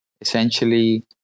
essentially